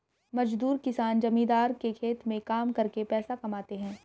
मजदूर किसान जमींदार के खेत में काम करके पैसा कमाते है